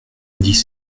dix